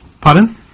pardon